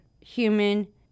human